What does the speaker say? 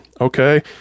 okay